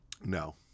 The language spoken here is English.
No